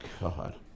God